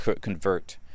convert